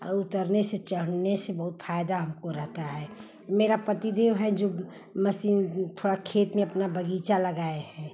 और उतरने से चढ़ने से बहुत फायदा हमको रहता है मेरा पति देव हैं जो मसीन थोड़ा खेत में अपना बगीचा लगाए हैं